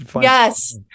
yes